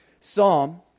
Psalm